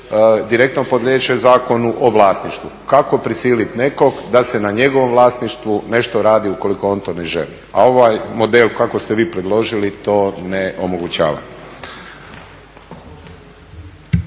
direktno podliježe Zakonu o vlasništvu. Kako prisiliti nekog da se na njegovom vlasništvu nešto radi ukoliko on to ne želi? A ovaj model kako ste vi to predložili to ne omogućava.